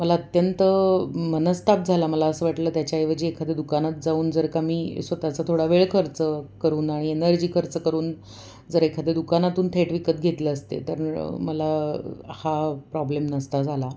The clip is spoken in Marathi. मला अत्यंत मनस्ताप झाला मला असं वाटलं त्याच्याऐवजी एखाद्या दुकानात जाऊन जर का मी स्वतःचा थोडा वेळ खर्च करून आणि एनर्जी खर्च करून जर एखाद्या दुकानातून थेट विकत घेतलं असते तर मला हा प्रॉब्लेम नसता झाला